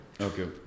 Okay